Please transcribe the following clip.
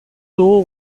dugu